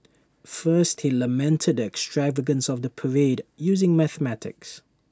first he lamented the extravagance of the parade using mathematics